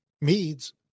meads